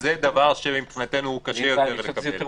זה דבר שמבחינתנו הוא קשה יותר לטיפול.